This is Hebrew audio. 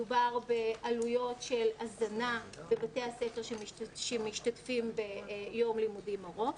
מדובר בעלויות של הזנה בבתי הספר שמשתתפים ביום לימודים ארוך.